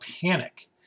panic